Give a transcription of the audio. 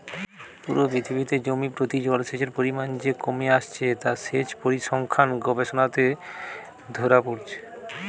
পুরো পৃথিবীতে জমি প্রতি জলসেচের পরিমাণ যে কমে আসছে তা সেচ পরিসংখ্যান গবেষণাতে ধোরা পড়ছে